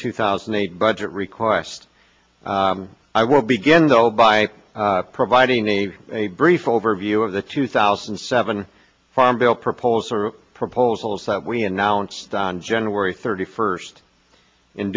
two thousand and eight budget request i will begin though by providing a a brief overview of the two thousand and seven farm bill proposed proposals that we announced on january thirty first